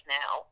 now